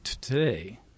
today